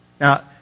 Now